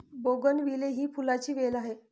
bougainvillea ही फुलांची वेल आहे